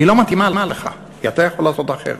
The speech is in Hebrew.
לא מתאימה לך, כי אתה יכול לעשות אחרת.